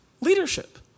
leadership